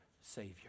Savior